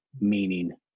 meaning